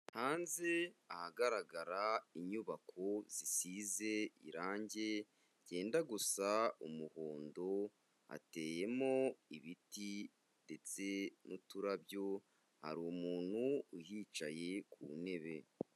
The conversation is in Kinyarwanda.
Hanze ahagaragara inyubako zisize irangi ryenda gusa umuhondo, hateyemo ibiti ndetse n'uturabyo, hari umuntu uhicaye ku ntebe.